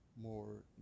more